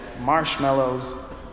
marshmallows